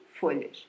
folhas